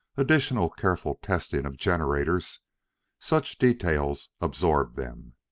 additional careful testing of generators such details absorbed them.